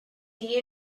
you